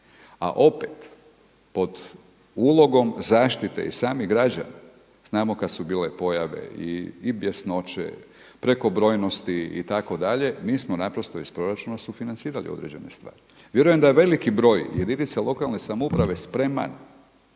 a opet pod ulogom zaštite i samih građana znamo kada su bile pojave i bjesnoće, prekobrojnosti itd., mi smo naprosto iz proračuna sufinancirali određene stvari. Vjerujem da je veliki broj jedinica lokalne samouprave spreman,